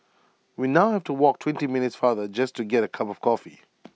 we now have to walk twenty minutes farther just to get A cup of coffee